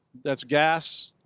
that's gas,